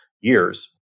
years